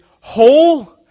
whole